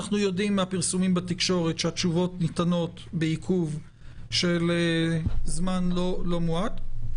מהפרסומים בתקשורת שהתשובות ניתנות בעיכוב של זמן לא מועט.